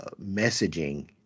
messaging